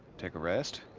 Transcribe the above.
take a rest.